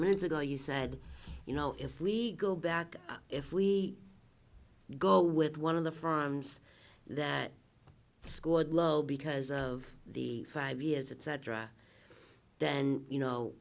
minutes ago you said you know if we go back if we you go with one of the firms that scored low because of the five years it's address then you know